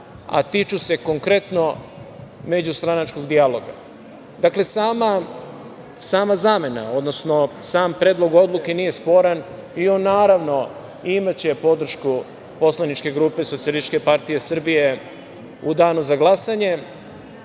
a tiču se konkretno međustranačkog dijaloga. Dakle, sama zamena, odnosno sam predlog odluke nije sporan i on, naravno, imaće podršku poslaničke grupe SPS u danu za glasanje,